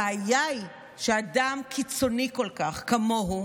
הבעיה היא שאדם קיצוני כל כך כמוהו